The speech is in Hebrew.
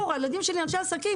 הילדים שלי הם אנשי עסקים,